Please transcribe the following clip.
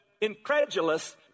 incredulous